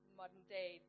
modern-day